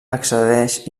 accedeix